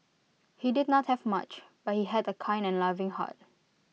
he did not have much but he had A kind and loving heart